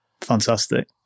Fantastic